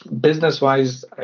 Business-wise